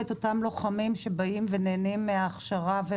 את אותם לוחמים שבאים ונהנים מההכשרה?